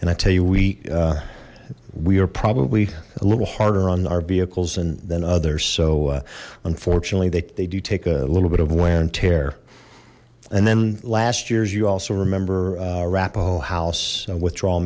and i tell you we we are probably a little harder on our vehicles and than others so unfortunately they do take a little bit of wear and tear and then last years you also remember arapaho house withdrawal